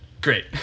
great